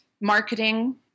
marketing